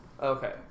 Okay